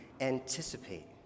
anticipate